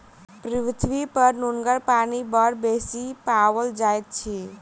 पृथ्वीपर नुनगर पानि बड़ बेसी पाओल जाइत अछि